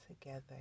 together